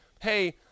hey